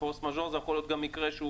ו-force majeure יכול להיות גם מקרה שהוא